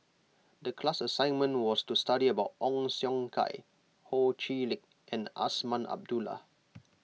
the class assignment was to study about Ong Siong Kai Ho Chee Lick and Azman Abdullah